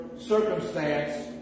circumstance